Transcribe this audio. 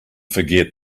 forget